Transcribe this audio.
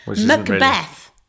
Macbeth